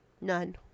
none